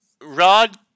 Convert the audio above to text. Rod